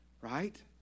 right